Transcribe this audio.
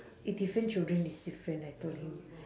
i~ different children is different I told him